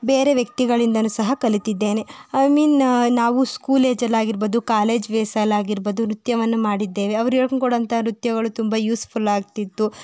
ಬೇರೆ ವ್ಯಕ್ತಿಗಳಿಂದಲೂ ಸಹ ಕಲಿತಿದ್ದೇನೆ ಐ ಮೀನ್ ನಾವು ಸ್ಕೂಲ್ ಏಜಲ್ಲಿ ಆಗಿರ್ಬೋದು ಕಾಲೇಜ್ ಡೇಸಲ್ಲಿ ಆಗಿರ್ಬೋದು ನೃತ್ಯವನ್ನು ಮಾಡಿದ್ದೇವೆ ಅವರು ಹೇಳ್ಕೊಂಕೊಡೋವಂತ ನೃತ್ಯಗಳು ತುಂಬ ಯೂಸ್ಫುಲ್ ಆಗ್ತಿತ್ತು